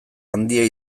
handia